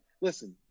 listen